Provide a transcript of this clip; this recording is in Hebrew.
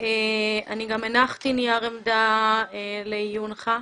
אני גם הנחתי נייר עמדה לעיונך,